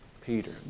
Peter